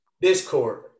discord